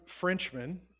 Frenchman